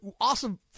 awesome